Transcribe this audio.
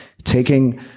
taking